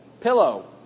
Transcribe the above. pillow